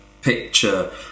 picture